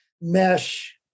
mesh